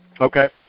Okay